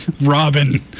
Robin